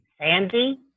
sandy